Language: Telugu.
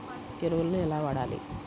ఎరువులను ఎలా వాడాలి?